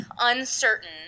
uncertain